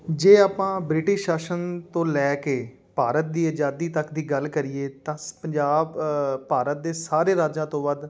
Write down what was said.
ਜੇ ਆਪਾਂ ਬ੍ਰਿਟਿਸ਼ ਸ਼ਾਸਨ ਤੋਂ ਲੈ ਕੇ ਭਾਰਤ ਦੀ ਆਜ਼ਾਦੀ ਤੱਕ ਦੀ ਗੱਲ ਕਰੀਏ ਤਾਂ ਪੰਜਾਬ ਭਾਰਤ ਦੇ ਸਾਰੇ ਰਾਜਾਂ ਤੋਂ ਵੱਧ